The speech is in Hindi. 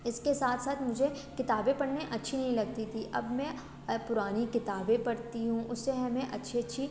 इसके साथ साथ मुझे किताबें पढ़नी अच्छी नहीं लगती थीं अब मैं पुरानी किताबें पढ़ती हूँ उससे हमें अच्छी अच्छी